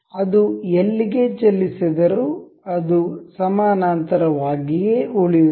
ಅದು ಎಲ್ಲಿಗೆ ಚಲಿಸಿದರೂ ಅದು ಸಮಾನಾಂತರವಾಗಿಯೇ ಉಳಿಯುತ್ತದೆ